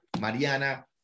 Mariana